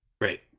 Great